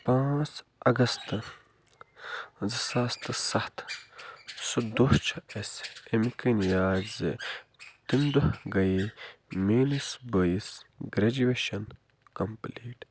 پانژھ اگست زٕ ساس تہٕ سَتھ سُہ دۄہ چھُ اَسہِ اَمہِ کِنۍ یاد زِ تمہِ دۄہ گٔیے میٲنِس بٲیِس گریجویشن کمپٕلیٹ